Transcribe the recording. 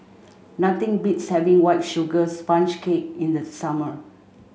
nothing beats having white sugar sponge cake in the summer